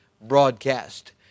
broadcast